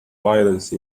violence